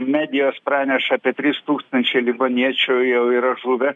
medijos praneša apie trys tūkstančiai libaniečių jau yra žuvę